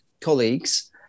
colleagues